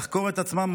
לחקור את עצמן,